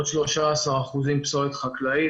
עוד 13% פסולת חקלאית,